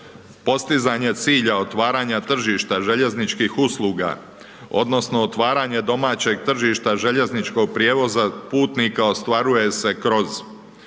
Postizanje cilja otvaranja tržišta željezničkih usluga, odnosno otvaranje domaćeg tržišta željezničkog prijevoza putnika, ostvaruje se kroz